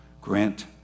grant